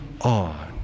on